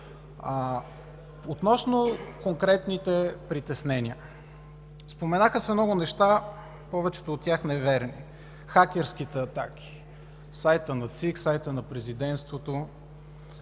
Относно конкретните притеснения. Споменаха се много неща, повечето от тях неверни – хакерските атаки, сайтът на ЦИК, сайтът на Президентството.